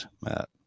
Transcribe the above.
Matt